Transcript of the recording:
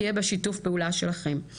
תהיה בה שיתוף פעולה שלכם.